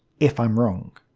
if i'm wrong.